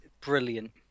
brilliant